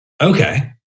Okay